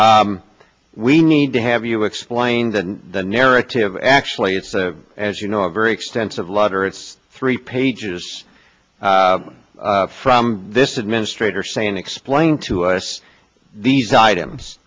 we need to have you explained that the narrative actually it's as you know a very extensive letter it's three pages from this administrator saying explain to us these items